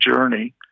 journey